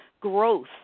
growth